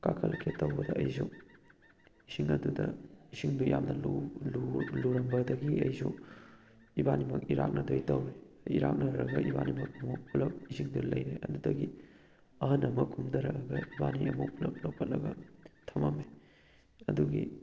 ꯀꯥꯈꯠꯂꯛꯀꯦ ꯇꯧꯕꯗ ꯑꯩꯁꯨ ꯏꯁꯤꯡ ꯑꯗꯨꯗ ꯏꯁꯤꯡꯗꯣ ꯌꯥꯝꯅ ꯂꯨꯔꯝꯕꯗꯒꯤ ꯑꯩꯁꯨ ꯏꯕꯥꯅꯤꯃꯛ ꯏꯔꯥꯛꯅꯗꯣꯏ ꯇꯧꯋꯤ ꯏꯔꯥꯛꯅꯔꯒ ꯏꯕꯥꯅꯤꯃꯛ ꯑꯃꯨꯛ ꯄꯨꯜꯂꯞ ꯏꯁꯤꯡꯗ ꯂꯩꯔꯦ ꯑꯗꯨꯗꯒꯤ ꯑꯍꯟ ꯑꯃ ꯀꯨꯝꯊꯔꯛꯑꯒ ꯏꯕꯥꯅꯤ ꯑꯃꯨꯛ ꯄꯨꯜꯂꯞ ꯂꯧꯈꯠꯂꯒ ꯊꯃꯝꯃꯦ ꯑꯗꯨꯒꯤ